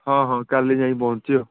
ହଁ ହଉ କାଲି ଯାଇକି ପହଞ୍ଚୁଛି ଆଉ